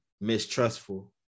mistrustful